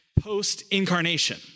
post-incarnation